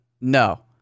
No